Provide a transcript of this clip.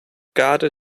garde